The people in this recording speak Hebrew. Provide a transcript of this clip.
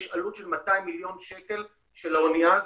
יש עלות של 200 מיליון שקל של האנייה הזאת,